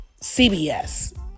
CBS